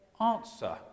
answer